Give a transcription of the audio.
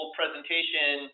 presentation